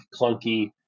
clunky